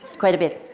quite a bit.